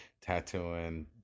tattooing